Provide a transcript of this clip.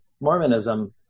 Mormonism